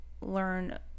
learn